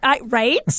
Right